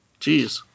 Jeez